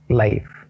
life